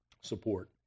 support